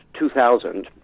2000